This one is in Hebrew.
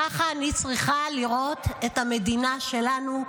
ככה אני צריכה לראות את המדינה שלנו,